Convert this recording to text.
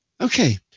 Okay